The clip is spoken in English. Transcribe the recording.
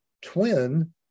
twin